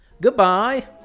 goodbye